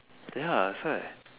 ya that's why